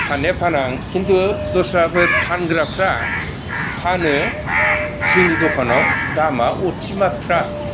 फाननाया फाना आं खिन्तु दस्राफोर फानग्राफ्रा फानो जोंनि दंटखानाव दामा अथि माथ्रा